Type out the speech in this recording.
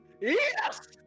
Yes